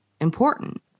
important